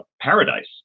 paradise